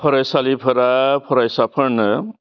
फरायसालिफोरा फरायसाफोरनो